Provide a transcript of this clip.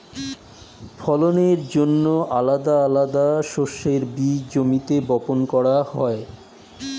ফলনের জন্যে আলাদা আলাদা শস্যের বীজ জমিতে বপন করা হয়